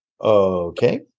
okay